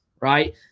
Right